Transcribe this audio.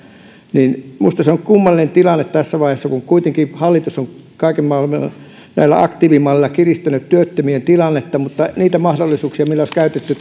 minusta se on kummallinen tilanne tässä vaiheessa kun kuitenkin hallitus on kaiken maailman aktiivimalleilla kiristänyt työttömien tilannetta mutta niitä keinoja joissa olisi käytetty